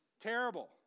Terrible